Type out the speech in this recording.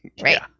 Right